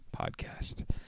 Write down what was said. podcast